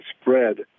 spread